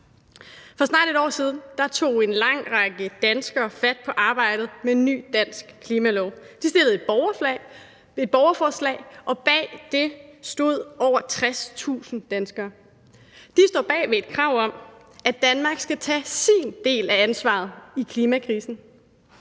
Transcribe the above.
For snart et år siden tog en lang række danskere fat på arbejdet med en ny dansk klimalov. De stillede et borgerforslag, og bag det stod over 60.000 danskere. De står bag ved et krav om, at Danmark skal tage sin del af ansvaret i klimakrisen.